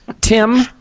Tim